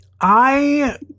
I-